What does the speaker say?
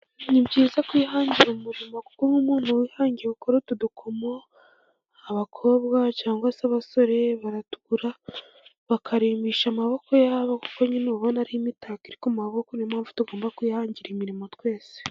Ni byiza kwihangira umurimo, kuko nk'umuwana wihangiye ukora utu dukomo abakobwa cyangwa se abasore baratugura, bakarimbisha amaboko ya bo kuko nyine uba ubona ari imitako iri ku maboko, no yo mpamvu tugomba kwihangira imirimo twese.